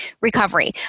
recovery